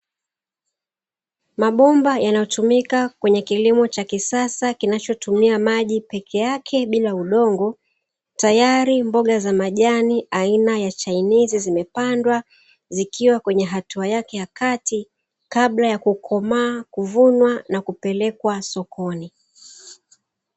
Mabomba yanayotumika kwenye kilimo cha kisasa peke yake bila kutumia udongo, tayari mboga za majani aina ya chainizi zimepandwa, Zikiwa katika hatua yake ya kati kabla hazijakomaa, kuvunwa na kupelekwa sokoni.